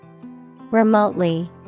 Remotely